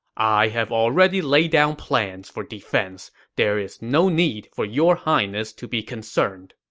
i have already laid down plans for defense. there is no need for your highness to be concerned.